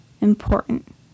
important